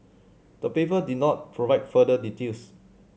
the paper did not provide further details